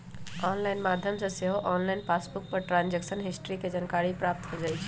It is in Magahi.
ऑनलाइन माध्यम से सेहो ऑनलाइन पासबुक पर ट्रांजैक्शन हिस्ट्री के जानकारी प्राप्त हो जाइ छइ